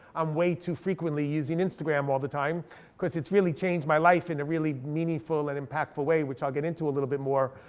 i'm way too frequently using instagram all the time because it's really changed my life in a really meaningful and impactful way which i'll get into a little bit more.